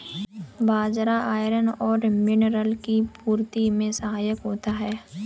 बाजरा iron और mineral की पूर्ति में सहायक होता है